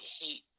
hate